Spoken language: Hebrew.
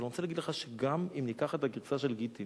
אבל אני רוצה להגיד לך שגם את ניקח את הגרסה של גטין,